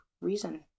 reason